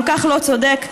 כל כך לא צודק,